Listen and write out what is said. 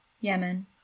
Yemen